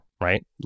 Right